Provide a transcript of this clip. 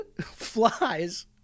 flies